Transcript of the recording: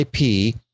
IP